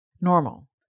normal